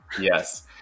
yes